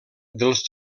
dels